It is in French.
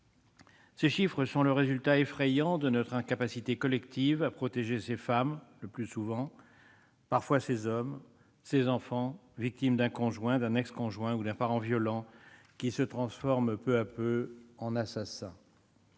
Ces chiffres sont le résultat effrayant de notre incapacité collective à protéger ces femmes- le plus souvent -, parfois ces hommes, ces enfants, victimes d'un conjoint, d'un ex-conjoint ou d'un parent violent qui se transforme peu à peu en assassin.